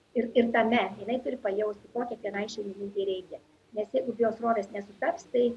ir ir tame jinai turi pajausti ko kiekvienai šeimininkei reikia nes jeigu biosrovės nesutaps tai